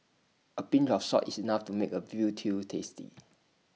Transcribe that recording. A pinch of salt is enough to make A Veal Stew tasty